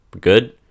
good